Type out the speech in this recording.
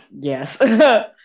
Yes